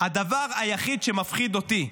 הדבר היחיד שמפחיד אותי,